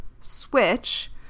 switch